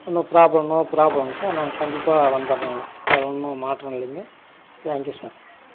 ஒன்றும் problem no ப்ராப்லங்க sir நாங்கள் கண்டிப்பாக வந்துறோங்க அதில் ஒன்றும் மாற்றம் இல்லைங்க தேங்க் யூ சார்